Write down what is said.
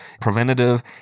preventative